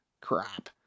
Crap